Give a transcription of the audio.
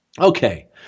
Okay